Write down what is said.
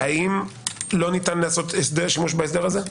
האם לא ניתן לעשות הסדר שימוש בהסדר הזה?